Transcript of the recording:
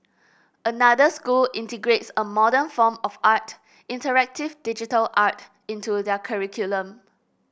another school integrates a modern form of art interactive digital art into their curriculum